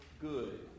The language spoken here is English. good